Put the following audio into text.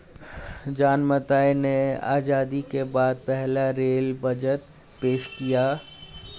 John Mathai ने आजादी के बाद पहला रेल बजट पेश किया